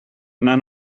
none